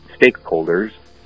stakeholders